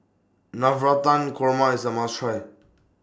Navratan Korma IS A must Try